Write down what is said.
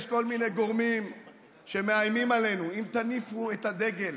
יש כל מיני גורמים שמאיימים עלינו: אם תניפו את הדגל,